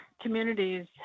communities